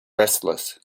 restless